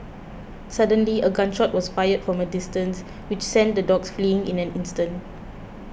suddenly a gun shot was fired from a distance which sent the dogs fleeing in an instant